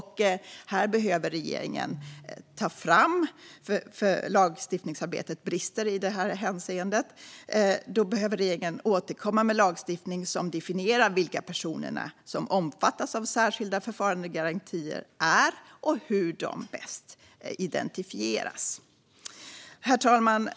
Här behöver regeringen ta fram bestämmelser eftersom lagstiftningsarbetet brister i det hänseendet. Regeringen behöver återkomma med lagstiftning som definierar vilka personer som omfattas av särskilda förfarandegarantier och hur de bäst identifieras. Herr talman!